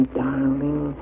darling